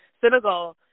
Senegal